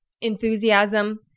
enthusiasm